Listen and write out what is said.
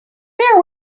there